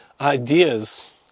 ideas